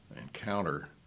encounter